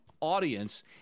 audience